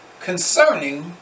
concerning